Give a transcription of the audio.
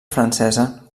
francesa